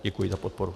Děkuji za podporu.